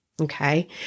Okay